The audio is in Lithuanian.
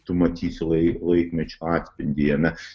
tu matysi lai laikmečio atspindį jame